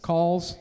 Calls